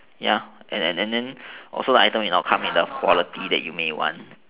ya and then and then also like the item can't be the quality that you want